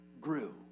grew